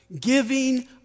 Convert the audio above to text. Giving